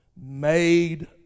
made